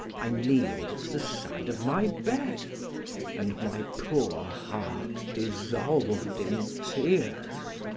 i kneeled at the side of my bed and my poor heart dissolved in tears.